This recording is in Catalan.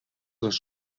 les